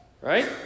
Right